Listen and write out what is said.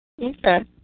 Okay